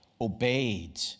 obeyed